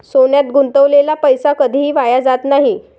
सोन्यात गुंतवलेला पैसा कधीही वाया जात नाही